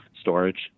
storage